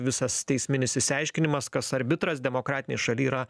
visas teisminis išsiaiškinimas kas arbitras demokratinėj šaly yra